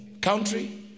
country